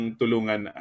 tulungan